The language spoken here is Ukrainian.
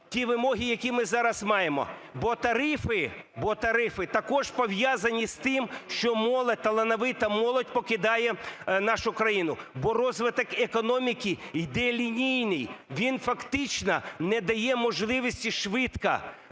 ті вимоги, які ми зараз маємо. Бо тарифи також пов'язані з тим, що молодь, талановита молодь, покидає нашу країну, бо розвиток економіки йде лінійний, він фактично не дає можливості швидко